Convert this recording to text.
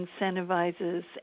incentivizes